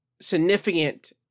significant